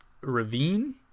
Ravine